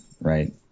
Right